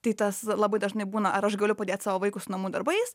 tai tas labai dažnai būna ar aš galiu padėt savo vaikus namų darbais